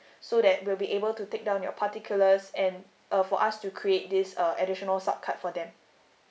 so that we'll be able to take down your particulars and uh for us to create this uh additional sub card for them